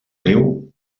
riu